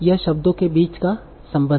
यह शब्दों के बीच का संबंध है